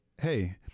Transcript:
hey